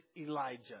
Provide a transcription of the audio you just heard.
Elijah